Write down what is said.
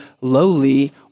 lowly